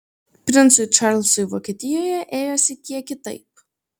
princui čarlzui vokietijoje ėjosi kiek kitaip